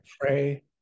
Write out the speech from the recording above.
pray